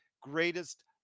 greatest